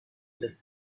the